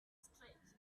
stretch